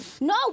no